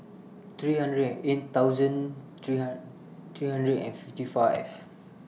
three hundred and eight thousand three hundred three hundred and fifty five